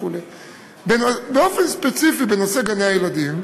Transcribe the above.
באופן ספציפי בנושא גני-הילדים,